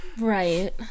Right